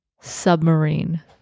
submarine